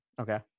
Okay